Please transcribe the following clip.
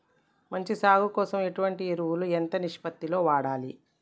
మంచి సాగు కోసం ఎటువంటి ఎరువులు ఎంత నిష్పత్తి లో వాడాలి?